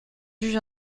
juge